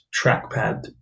trackpad